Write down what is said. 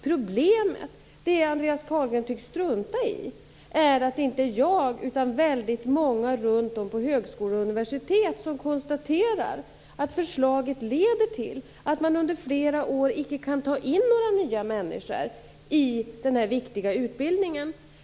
Problemet, som Andreas Carlgren tycks strunta i, är att inte jag utan väldigt många runt om på högskolor och universitet konstaterar att förslaget leder till att man under flera år inte kan ta in några nya människor i den här viktiga utbildningen.